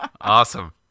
awesome